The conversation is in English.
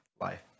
life